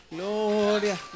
Gloria